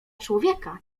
człowieka